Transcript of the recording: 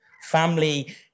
family